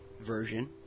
version